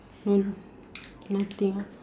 mm nothing